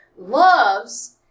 loves